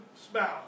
spouse